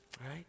Right